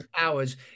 Hours